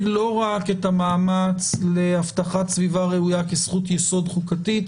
לא רק את המאמץ להבטחת סביבה ראויה כזכות יסוד חוקתית,